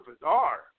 bizarre